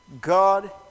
God